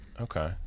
Okay